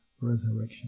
resurrection